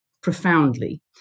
profoundly